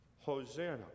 Hosanna